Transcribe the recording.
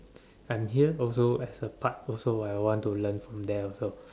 I'm here also as a part also I want to learn from there also